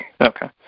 Okay